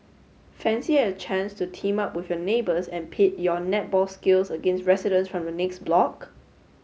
fancy a chance to team up with your neighbours and pit your netball skills against residents from the next block